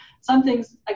Something's